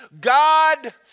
God